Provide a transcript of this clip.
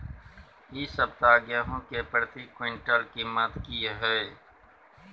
इ सप्ताह गेहूं के प्रति क्विंटल कीमत की हय?